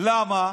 למה?